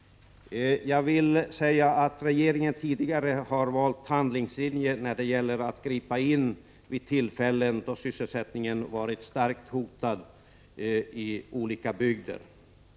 Regeringen har tidigare valt handlingslinje när det gäller att gripa in vid tillfällen då sysselsättningen varit starkt hotad i olika bygder.